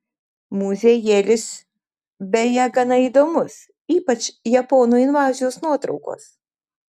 muziejėlis beje gana įdomus ypač japonų invazijos nuotraukos